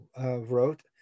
wrote